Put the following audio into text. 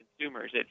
consumers